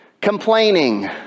Complaining